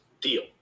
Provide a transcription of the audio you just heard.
deal